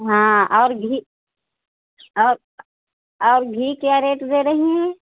हाँ और घी और और घी क्या रेट दे रही हैं